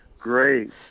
Great